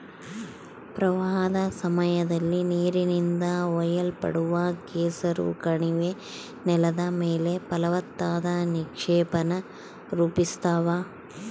ಪ್ರವಾಹದ ಸಮಯದಲ್ಲಿ ನೀರಿನಿಂದ ಒಯ್ಯಲ್ಪಟ್ಟ ಕೆಸರು ಕಣಿವೆ ನೆಲದ ಮೇಲೆ ಫಲವತ್ತಾದ ನಿಕ್ಷೇಪಾನ ರೂಪಿಸ್ತವ